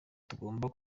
tugomba